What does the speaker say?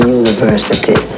university